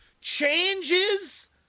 changes